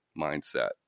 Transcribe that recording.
mindset